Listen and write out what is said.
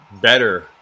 better